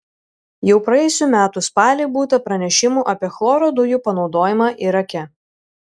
jau praėjusių metų spalį būta pranešimų apie chloro dujų panaudojimą irake